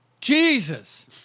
Jesus